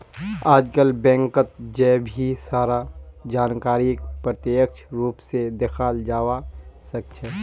आजकल बैंकत जय भी सारा जानकारीक प्रत्यक्ष रूप से दखाल जवा सक्छे